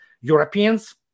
Europeans